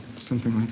something like